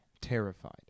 terrified